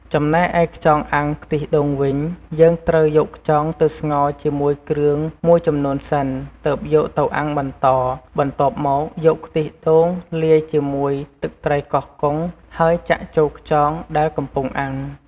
ចំណែកឯខ្យងអាំងខ្ទិះដូងវិញ យើងត្រូវយកខ្យងទៅស្ងោរជាមួយគ្រឿងមួយចំនួនសិន ទើបយកទៅអាំងបន្ត បន្ទាប់មកយកខ្ទិះដូងលាយជាមួយទឹកត្រីកោះកុង ហើយចាក់ចូលខ្យងដែលកំពុងអាំង។